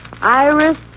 Iris